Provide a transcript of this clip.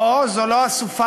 לא, זו לא הסופה